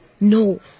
No